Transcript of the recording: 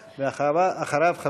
ואחריו,